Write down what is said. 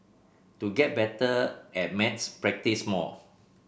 to get better at maths practise more